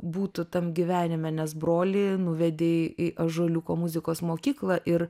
būtų tam gyvenime nes brolį nuvedei į ąžuoliuko muzikos mokyklą ir